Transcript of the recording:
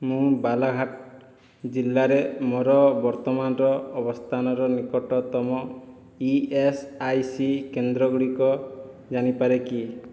ମୁଁ ବାଲାଘାଟ ଜିଲ୍ଲାରେ ମୋର ବର୍ତ୍ତମାନର ଅବସ୍ଥାନର ନିକଟତମ ଇ ଏସ୍ ଆଇ ସି କେନ୍ଦ୍ର ଗୁଡ଼ିକ ଜାଣିପାରେ କି